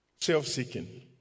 Self-seeking